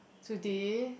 today